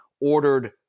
ordered